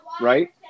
right